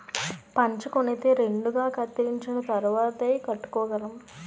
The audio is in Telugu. పంచకొనితే రెండుగా కత్తిరించిన తరువాతేయ్ కట్టుకోగలం